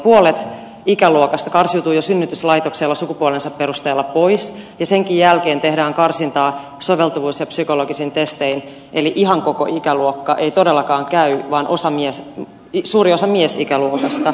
puolet ikäluokasta karsiutuu jo synnytyslaitoksella sukupuolensa perusteella pois ja senkin jälkeen tehdään karsintaa soveltuvuus ja psykologisin testein eli ihan koko ikäluokka ei todellakaan käy vaan suuri osa miesikäluokasta